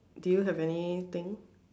do you have anything